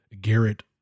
Garrett